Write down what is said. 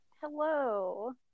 hello